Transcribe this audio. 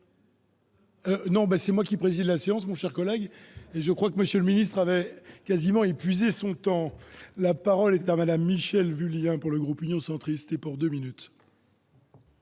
! C'est moi qui préside la séance, mon cher collègue, et j'allais dire que M. le ministre avait quasiment épuisé son temps. La parole est à Mme Michèle Vullien, pour le groupe Union Centriste. Monsieur le